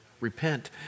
Repent